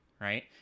right